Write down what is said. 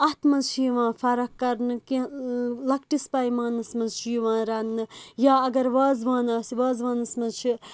اَتھ منٛز چھ یِوان فَرَق کَرنہ کہِ لَکٹِس پَیمانَس منٛز چھ یِوان رَننہٕ یا اَگَر وازوان آسہِ وازوانَس منٛز چھ